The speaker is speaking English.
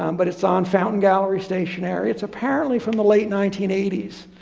um but it's on fountain gallery stationery, it's apparently from the late nineteen eighty s.